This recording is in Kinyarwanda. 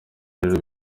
rero